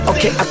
Okay